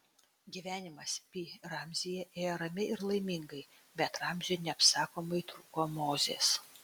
gyvenimas pi ramzyje ėjo ramiai ir laimingai bet ramziui neapsakomai trūko mozės